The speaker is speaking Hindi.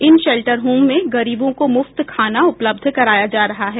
इन शेल्टर होम में गरीबों को मुफ्त खाना उपलब्ध कराया जा रहा है